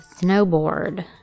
snowboard